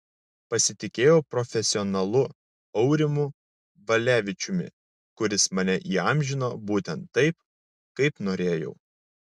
pasitikėjau profesionalu aurimu valevičiumi kuris mane įamžino būtent taip kaip norėjau